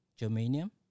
germanium